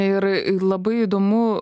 ir labai įdomu